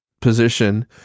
position